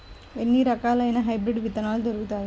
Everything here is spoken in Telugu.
ఎన్ని రకాలయిన హైబ్రిడ్ విత్తనాలు దొరుకుతాయి?